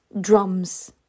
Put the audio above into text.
drums